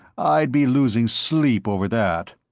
i'd be losing sleep over that.